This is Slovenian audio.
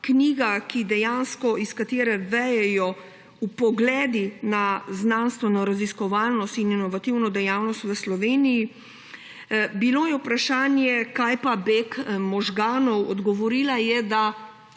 knjiga, iz katere vejejo vpogledi na znanstvenoraziskovalno in inovativno dejavnost v Sloveniji. Bilo je vprašanje, kaj pa beg možganov. Odgovorila je, da